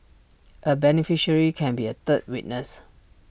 A beneficiary can be A third witness